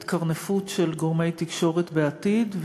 מהתקרנפות של גורמי תקשורת בעתיד.